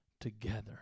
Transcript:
together